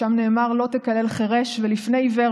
שם נאמר: "לא תקלל חֵרֵש ולפני עִוֵּר